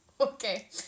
Okay